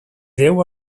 deu